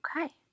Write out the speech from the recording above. Okay